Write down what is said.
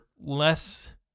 less